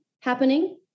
happening